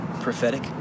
Prophetic